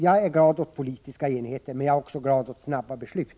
Jag är glad åt politisk enighet, men jag är också glad åt snabba beslut.